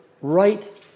right